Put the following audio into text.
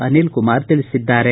ಅನಿಲ್ ಕುಮಾರ್ ತಿಳಿಸಿದ್ದಾರೆ